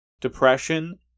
depression